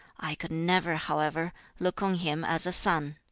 i could never, however, look on him as a son.